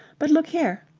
but look here.